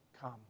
come